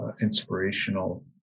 inspirational